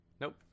Nope